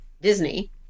Disney